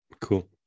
Cool